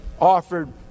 offered